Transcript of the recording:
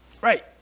right